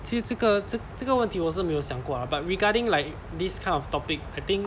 其实这个这这个问题我是没有想过啦 but regarding like this kind of topic I think